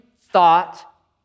thought